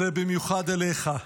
זה במיוחד אליך,